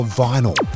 vinyl